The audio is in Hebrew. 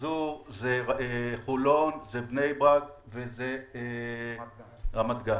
אזור, חולון, בני ברק ורמת גן.